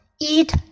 eat